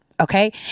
Okay